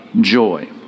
joy